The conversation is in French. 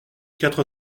quatre